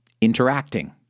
Interacting